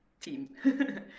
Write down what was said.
Team